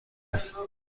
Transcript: است